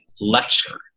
lecture